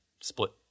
split